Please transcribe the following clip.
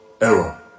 error